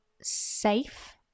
safe